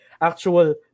actual